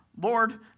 Lord